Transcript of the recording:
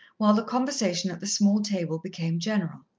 while the conversation at the small table became general.